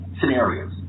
scenarios